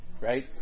right